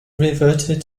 reverted